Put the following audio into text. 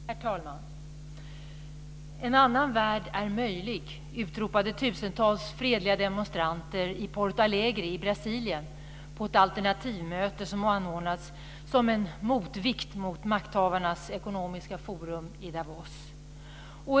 Herr talman! En annan värld är möjlig, utropade tusentals fredliga demonstranter i Porto Alegre i Brasilien på ett alternativmöte som anordnades som en motvikt till makthavarnas ekonomiska forum i Davos.